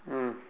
mm